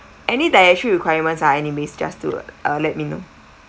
any dietary requirements uh any mays just to uh let me know